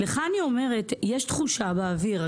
אני אומרת לך, יש תחושה באוויר.